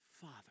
Father